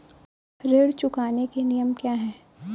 ऋण चुकाने के नियम क्या हैं?